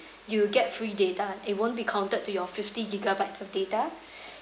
you get free data it won't be counted to your fifty gigabytes of data